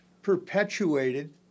perpetuated